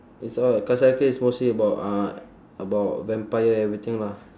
it's all cassandra clare mostly about uh about vampire everything lah